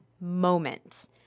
moment